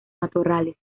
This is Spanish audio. matorrales